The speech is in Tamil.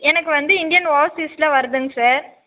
எனக்கு வந்து இந்தியன் ஓவர்சீஸ்ல வருதுங்க சார்